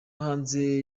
hanze